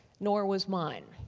nor was mine.